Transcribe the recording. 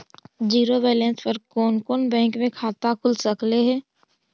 Zero balance पर कोन कोन बैंक में खाता खुल सकले हे?